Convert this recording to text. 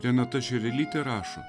renata šerelytė rašo